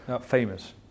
famous